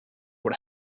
what